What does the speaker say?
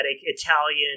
Italian